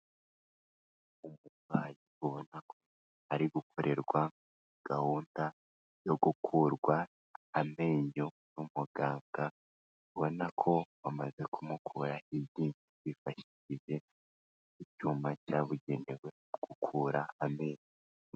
Umurwayi ubona ko ari gukorerwa gahunda yo gukurwa amenyo n'umuganga, ubona ko bamaze kumukura iryinyo, bifashishije icyuma cyabugenewe cyo gukura amenyo.